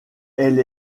elle